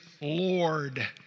Lord